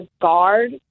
guard